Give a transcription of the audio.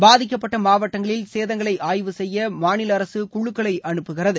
பாதிக்கப்பட்ட மாவட்டங்களில் சேதங்களை ஆய்வுசெய்ய மாநில அரசு குழுக்களை அனுப்புகிறது